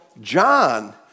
John